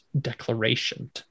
declaration